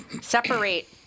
separate